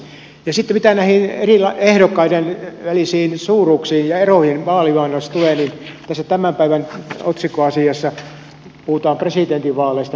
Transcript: sitten mitä näihin ehdokkaiden välisiin suuruuksiin ja eroihin vaalimainonnassa tulee niin tässä tämän päivän otsikkoasiassa puhutaan viime presidentinvaaleista